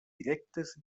directes